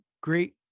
great